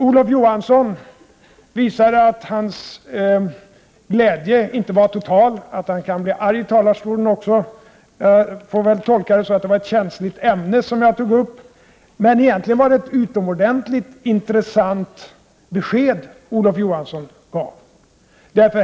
Olof Johansson visade att hans glädje inte är total utan att han kan bli arg också i talarstolen. Jag får väl tolka det så, att det var ett känsligt ämne som jag tog upp. Men egentligen var det ett utomordentligt intressant besked som Olof Johansson gav.